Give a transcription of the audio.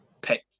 pick